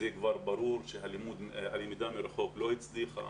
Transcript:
ברור שהלמידה מרחוק לא הצליחה